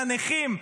לנכים,